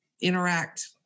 interact